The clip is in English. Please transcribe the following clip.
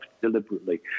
deliberately